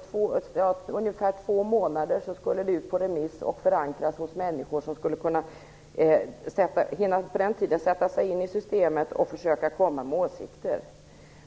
På ungefär två månader skulle förslaget ut på remiss och förankras hos människor som på den tiden skulle hinna sätta sig in i systemet och försöka komma med åsikter.